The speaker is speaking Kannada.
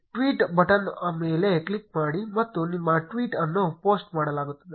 ಟ್ವೀಟ್ ಬಟನ್ ಮೇಲೆ ಕ್ಲಿಕ್ ಮಾಡಿ ಮತ್ತು ನಿಮ್ಮ ಟ್ವೀಟ್ ಅನ್ನು ಪೋಸ್ಟ್ ಮಾಡಲಾಗುತ್ತದೆ